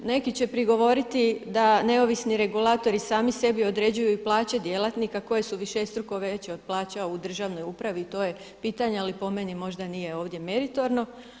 Neki će prigovoriti da neovisni regulatori sami sebi određuju i plaće djelatnika koje su višestruko veće od plaća u državnoj upravi i to je pitanje, ali po meni možda nije ovdje meritorno.